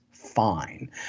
Fine